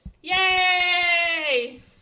yay